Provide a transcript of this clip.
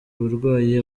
uburwayi